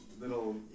little